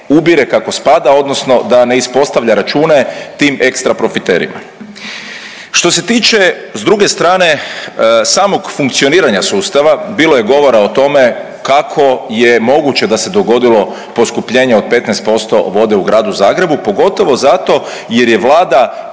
ubire kako spada odnosno da ne ispostavlja račune tim ekstra profiterima. Što se tiče s druge strane samog funkcioniranja sustava, bilo je govora o tome kako je moguće da se dogodilo poskupljenje od 15% vode u gradu Zagrebu, pogotovo zato jer je Vlada